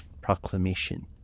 Proclamation